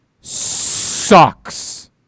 sucks